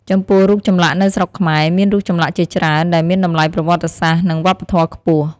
ចំពោះរូបចម្លាក់នៅស្រុកខ្មែរ មានរូបចម្លាក់ជាច្រើនដែលមានតម្លៃប្រវត្តិសាស្ត្រ និងវប្បធម៌ខ្ពស់។